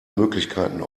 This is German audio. möglichkeiten